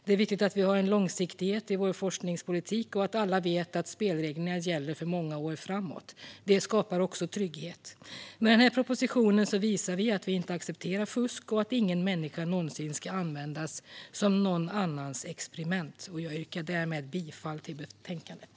Det är viktigt att det finns en långsiktighet i forskningspolitiken och att alla vet att spelreglerna gäller för många år framåt. Det skapar också trygghet. Med den här propositionen visar vi att vi inte accepterar fusk och att ingen människa någonsin ska användas som någon annans experiment. Jag yrkar därmed bifall till förslaget i betänkandet.